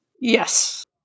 Yes